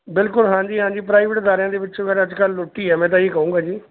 ਬਿਲਕੁਲ ਹਾਂਜੀ ਹਾਂਜੀ ਪ੍ਰਾਈਵੇਟ ਅਦਾਰਿਆਂ ਦੇ ਵਿੱਚ ਵੈਸੇ ਅੱਜ ਕੱਲ੍ਹ ਲੁੱਟ ਹੀ ਹੈ ਮੈਂ ਤਾਂ ਇਹੀ ਕਹੂੰਗਾ ਜੀ